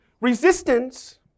Resistance